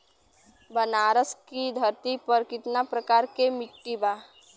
बनारस की धरती पर कितना प्रकार के मिट्टी बा?